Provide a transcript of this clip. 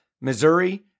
Missouri